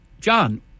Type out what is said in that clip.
John